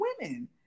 women